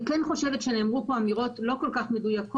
אני כן חושבת שנאמרו פה אמירות לא כל כך מדויקות